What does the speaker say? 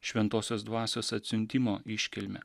šventosios dvasios atsiuntimo iškilmę